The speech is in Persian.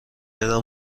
چرا